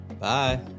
Bye